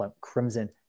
Crimson